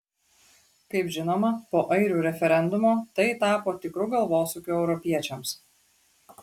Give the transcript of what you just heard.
kaip žinoma po airių referendumo tai tapo tikru galvosūkiu europiečiams